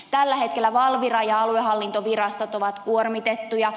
tällä hetkellä valvira ja aluehallintovirastot ovat kuormitettuja